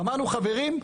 ואמרנו: חברים,